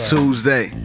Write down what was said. Tuesday